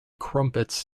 crumpets